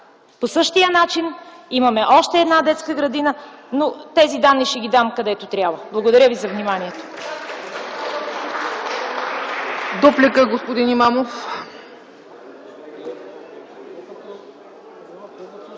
По същия начин имаме още една детска градина, но тези данни ще ги дам, където трябва. Благодаря Ви за вниманието.